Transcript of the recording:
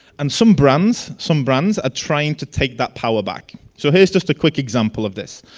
and some brands some brands are trying to take that power back. so here is just a quick example of this.